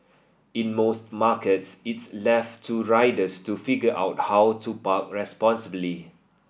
in most markets it's left to riders to figure out how to park responsibly